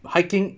hiking